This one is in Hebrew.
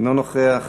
אינו נוכח,